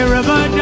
River